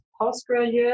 postgraduate